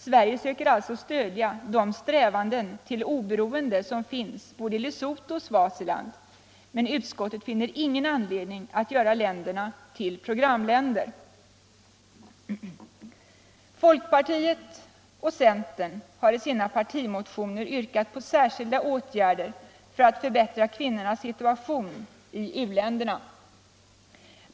Sverige söker alltså stödja de strävanden till oberoende som finns både i Lesotho och Swaziland, men utskottet finner ingen anledning att göra länderna till programländer. Folkpartiet och centern har i sina partimotioner yrkat på särskilda åtgärder för att förbättra kvinnornas situation i u-länderna.